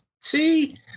see